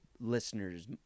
listener's